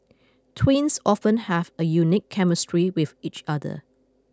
twins often have a unique chemistry with each other